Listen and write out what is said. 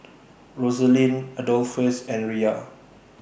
Rosaline Adolphus and Riya